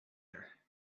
her